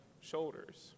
shoulders